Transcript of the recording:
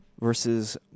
versus